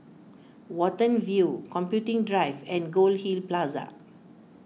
Watten View Computing Drive and Goldhill Plaza